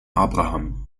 abraham